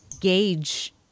gauge